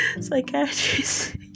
psychiatrist